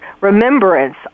remembrance